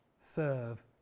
serve